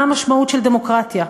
מה המשמעות של דמוקרטיה?